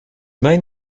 main